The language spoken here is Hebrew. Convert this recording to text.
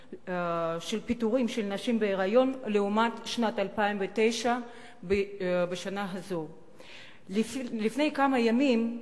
בפיטורים של נשים בהיריון לעומת שנת 2009. לפני כמה ימים,